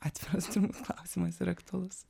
atviras turbūt klausimas ir aktualus